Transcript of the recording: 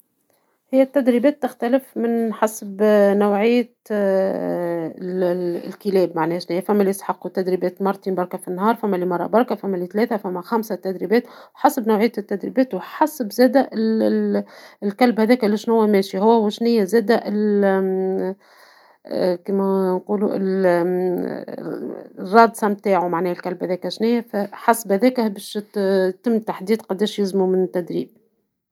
هي التدريبات تختلف من حسب نوع الكلاب ، معناتها ثما لي يسحقوا تدريبات مرتين بركا في النهار، ثما لي مرة بركا ، ثما لي ثلاثة ، لي خمس تدريبات حسب نوعية التدريبات وحسب زادة الكلب هداك لشنوا ماشي ، هو وشنيا زادة كما نقولوا، الرادسا نتاعو ، حسب هذاكا يتم تحديد قداش يلزموا من تدريب